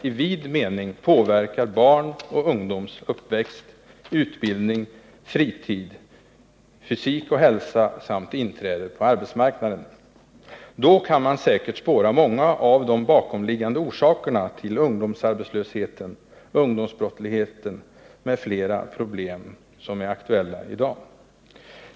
i vid mening påverkar barns och ungdoms uppväxt, utbildning, fritid, fysik och hälsa samt deras inträde på arbetsmarknaden. Då kan man säkert spåra många av de bakomliggande orsakerna till ungdomsarbetslösheten, ungdomsbrottsligheten m.fl. problem som är aktuella i dag.